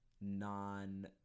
non